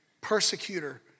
persecutor